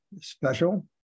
special